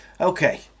Okay